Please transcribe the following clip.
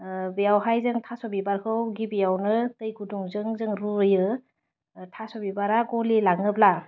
बेयावहाय जों थास' बिबारखौ गिबियावनो दै गुदुंजों जोङो रुयो थास' बिबारा गलिलाङोब्ला